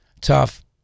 tough